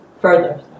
further